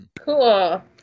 Cool